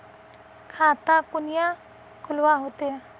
खाता कुनियाँ खोलवा होते?